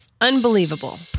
Unbelievable